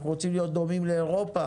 אנחנו רוצים להיות דומים לאירופה.